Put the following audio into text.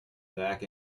back